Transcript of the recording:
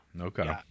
Okay